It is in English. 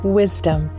wisdom